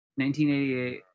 1988